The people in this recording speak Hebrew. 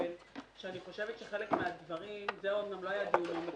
אני חושבת שחלק מהדברים זה אומנם לא היה דיון עומק